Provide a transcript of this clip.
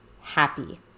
happy